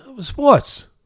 sports